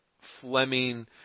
Fleming